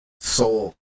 Soul